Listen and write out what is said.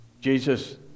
Jesus